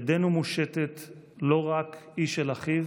ידנו מושטת לא רק איש אל אחיו